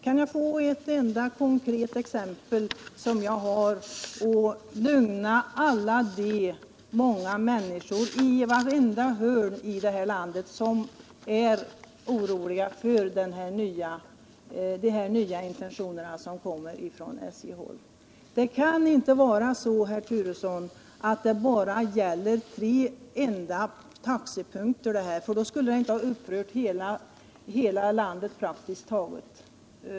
Kan jag få ett enda konkret exempel som jag kan åberopa för att lugna alla de många människor i vartenda hörn av landet som är oroliga för de nya intentionerna från SJ:s håll? Det kan inte vara så, herr Turesson, att det bara gäller tre taxepunkter, för då skulle det inte ha upprört praktiskt taget hela landet.